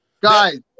Guys